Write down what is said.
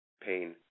Pain